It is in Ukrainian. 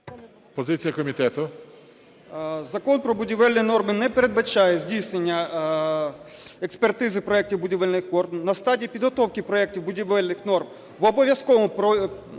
ДУНДА О.А. Закон про будівельні норми не передбачає здійснення експертизи проектів будівельних норм. На стадії підготовки проектів будівельних норм в обов'язковому